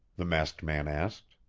the masked man asked.